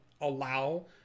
allow